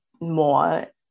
more